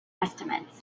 estimates